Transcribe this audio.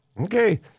Okay